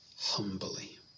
humbly